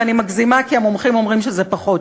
ואני מגזימה כי המומחים אומרים שזה פחות,